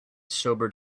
sobered